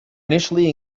initially